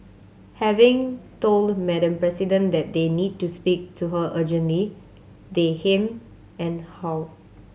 having told Madam President that they need to speak to her urgently they hem and haw